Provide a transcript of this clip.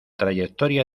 trayectoria